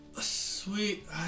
sweet